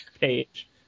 page